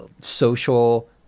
social